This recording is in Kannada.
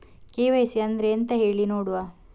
ಕೆ.ವೈ.ಸಿ ಅಂದ್ರೆ ಎಂತ ಹೇಳಿ ನೋಡುವ?